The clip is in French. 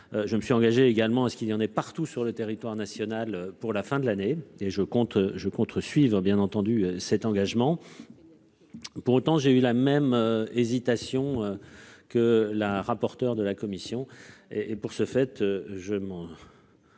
Je me suis engagé également à ce qu'il y en ait, partout sur le territoire national pour la fin de l'année et je compte je compte suivent bien entendu cet engagement. Pour autant, j'ai eu la même. Hésitation. Que la rapporteur de la commission et et pour ce fait, je m'en.